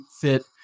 fit